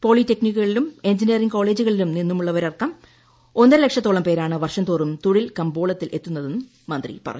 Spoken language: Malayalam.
പോളിടെക്നിക്കുകളിലും എഞ്ചിനീയറിംഗ് കോളേജുകളിലും നിന്നുള്ളവരടക്കം ഒന്നരലക്ഷത്തോളം പേരാണ് വർഷംതോറും തൊഴിൽകമ്പോളത്തിലെത്തുന്നതെന്ന് മന്ത്രി പറഞ്ഞു